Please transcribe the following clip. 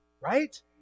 Right